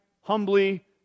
humbly